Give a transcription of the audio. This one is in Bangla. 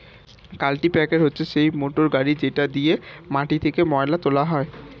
কাল্টিপ্যাকের হচ্ছে সেই মোটর গাড়ি যেটা দিয়ে মাটি থেকে ময়লা তোলা হয়